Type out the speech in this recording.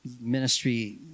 ministry